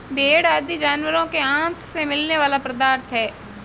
भेंड़ आदि जानवरों के आँत से मिलने वाला पदार्थ है